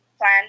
Plan